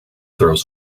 throws